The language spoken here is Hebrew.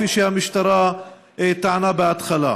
כפי שהמשטרה טענה בהתחלה: